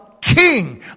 king